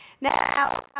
Now